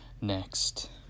next